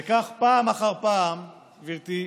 וכך, פעם אחר פעם, גברתי,